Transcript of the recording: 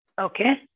Okay